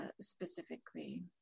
specifically